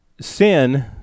sin